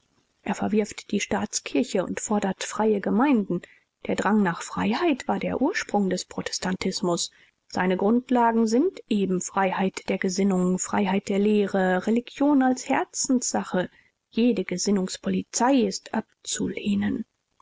er verwirft die staatskirche und fordert freie gemeinden der drang nach freiheit war der ursprung des protestantismus seine grundlagen sind eben freiheit der gesinnung freiheit der lehre religion als herzenssache jede gesinnungspolizei ist abzulehnen